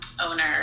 owner